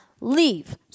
Leave